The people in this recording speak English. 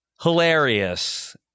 Hilarious